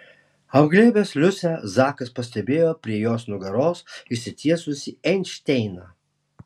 apglėbęs liusę zakas pastebėjo prie jos nugaros išsitiesusį einšteiną